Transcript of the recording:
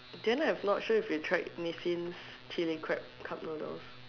then I'm not sure if you tried Nissin's chilli crab cup noodles